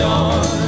on